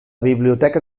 biblioteca